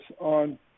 on